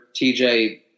TJ